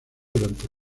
durante